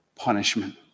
punishment